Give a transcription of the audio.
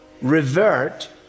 revert